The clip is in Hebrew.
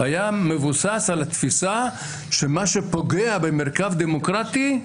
היא הייתה מבוססת על התפיסה שמה שפוגע במרקם דמוקרטי,